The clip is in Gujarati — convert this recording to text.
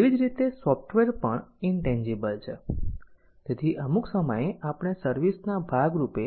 તેવી જ રીતે સોફ્ટવેર પણ ઇન્તેન્જીબલ છે તેથી અમુક સમયે આપણે સર્વિસ ના ભાગરૂપે